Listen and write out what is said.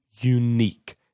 unique